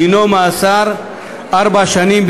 דינו מאסר ארבע שנים,